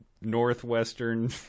northwestern